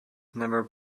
never